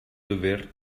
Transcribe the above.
dover